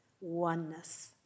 oneness